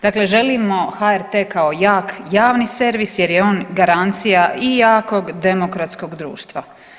Dakle, želimo HRT kao jak javni servis jer je on garancija i jakog demokratskog društva.